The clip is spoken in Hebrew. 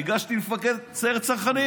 ניגשתי למפקד סיירת צנחנים,